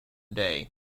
day